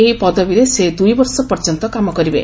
ଏହି ପଦବୀରେ ସେ ଦୁଇ ବର୍ଷ ପର୍ଯ୍ୟନ୍ତ କାମ କରିବେ